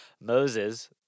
Moses